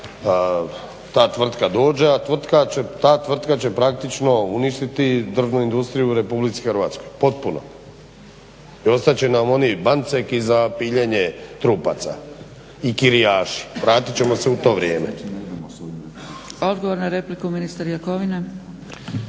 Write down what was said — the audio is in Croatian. ta tvrtka dođe, a ta tvrtka će praktično uništiti drvnu industriju u RH, potpuno. I ostat će nam oni banceki za piljenje trupaca i kirijaši. Vratit ćemo se u to vrijeme. **Zgrebec, Dragica